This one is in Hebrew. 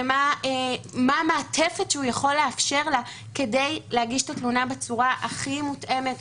ומה המעטפת שהוא יכול לאפשר לה כדי להגיש את התלונה בצורה הכי מותאמת,